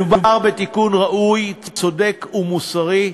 מדובר בתיקון ראוי, צודק ומוסרי.